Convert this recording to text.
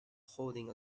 holding